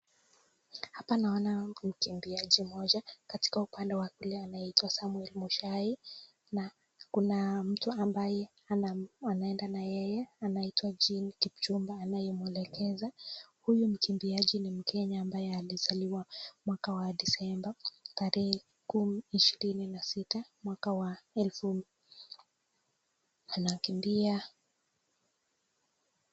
Hapa naona mkimbiaji mmoja katika upande wa kulia anaitwa Samuel Mushai na kuna mtu ambaye anaenda na yeye anaitwa Jean Kipchumba anayemuelekeza. Huyu mkimbiaji ni Mkenya ambaye alizaliwa mwaka wa Desemba tarehe ishirini na sita mwaka wa elfu anakimbia